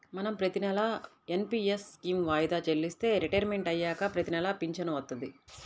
మనం ప్రతినెలా NPS scheme వాయిదా చెల్లిస్తే రిటైర్మంట్ అయ్యాక ప్రతినెలా పింఛను వత్తది